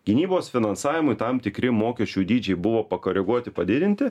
gynybos finansavimui tam tikri mokesčių dydžiai buvo pakoreguoti padidinti